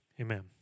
Amen